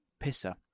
pisser